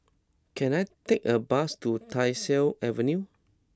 can I take a bus to Tyersall Avenue